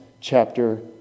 chapter